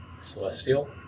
Celestial